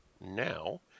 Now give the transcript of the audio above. now